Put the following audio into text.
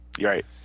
Right